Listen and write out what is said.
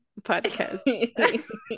podcast